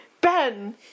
ben